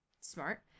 smart